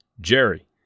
Jerry